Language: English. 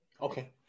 Okay